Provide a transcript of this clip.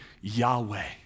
Yahweh